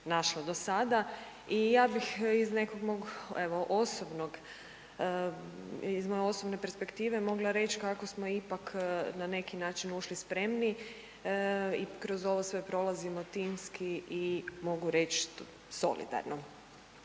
našla do sada. I ja bih iz nekog mog evo osobnog, iz moje osobne perspektive mogla reć kako smo ipak na neki način ušli spremni i kroz ovo sve prolazimo timski i mogu reć solidarno,